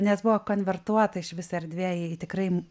nes buvo konvertuota išvis erdvė į tikrai